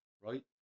right